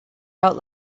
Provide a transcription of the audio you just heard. out